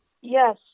Yes